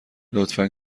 لطفا